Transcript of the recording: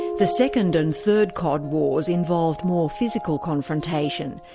the second and third cod wars involved more physical confrontation,